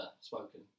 spoken